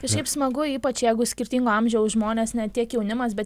kažkaip smagu ypač jeigu skirtingo amžiaus žmonės ne tiek jaunimas bet